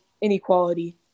inequality